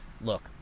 Look